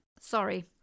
Sorry